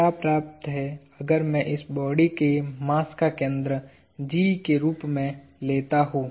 क्या पर्याप्त है अगर मैं इस बॉडी के मास का केंद्र G के रूप में लेता हू